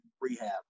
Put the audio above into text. rehab